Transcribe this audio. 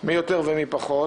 מי יותר ומי פחות,